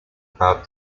about